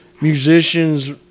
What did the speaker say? musicians